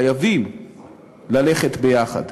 חייבים ללכת ביחד.